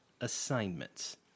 assignments